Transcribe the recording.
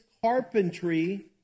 carpentry